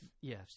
Yes